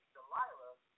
Delilah